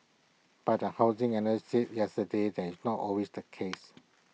but A housing analyst said yesterday that is not always the case